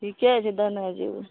ठीके छै देने जेबय